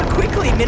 quickly, but